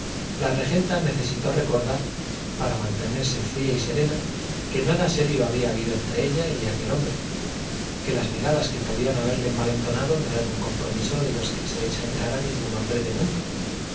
la regenta necesitó recordar para mantenerse fría y serena que nada serio había habido entre ella y aquel hombre que las miradas que podían haberle envalentonado no eran compromisos de los que echa en cara ningún hombre de mundo